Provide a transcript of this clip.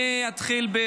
אני אתחיל,